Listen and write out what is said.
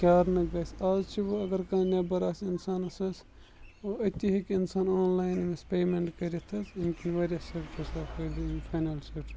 کر نہٕ گَژھِ آز چھُ وٕ اگر کانٛہہ نٮ۪بَر آسہِ اِنسانَس أتی ہیٚکہِ اِنسان آنلاین أمِس پیٚمنٛٹ کٔرِتھ حظ امہِ کِنۍ واریاہ فاینانشَل سیکٹرس